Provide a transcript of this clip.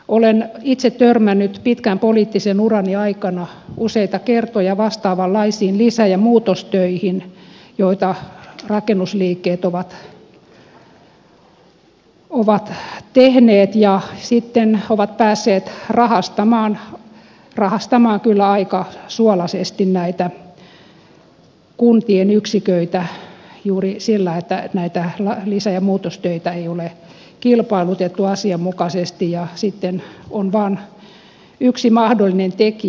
olen itse törmännyt pitkän poliittisen urani aikana useita kertoja vastaavanlaisiin lisä ja muutostöihin joita rakennusliikkeet ovat tehneet ja sitten ovat päässeet rahastamaan kyllä aika suolaisesti kuntien yksiköitä juuri siksi että lisä ja muutostöitä ei ole kilpailutettu asianmukaisesti ja sitten on vain yksi mahdollinen tekijä